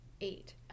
eight